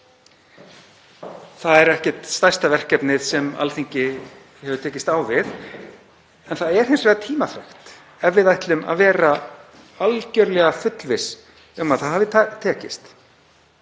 Þetta er ekkert stærsta verkefnið sem Alþingi hefur tekist á við. Það er hins vegar tímafrekt ef við ætlum að vera algerlega fullviss um að það hafi tekist.